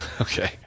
Okay